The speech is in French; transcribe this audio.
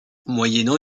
moyennant